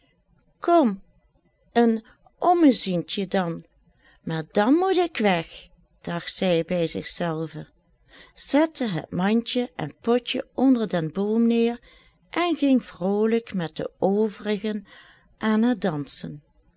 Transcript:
kom een ommezientje dan maar dan moet ik weg dacht zij bij zich zelve zette het mandje en potje onder den boom neer en ging vrolijk met de overigen aan het dansen